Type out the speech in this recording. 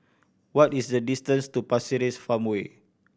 what is the distance to Pasir Ris Farmway